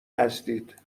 هستید